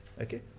Okay